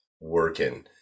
working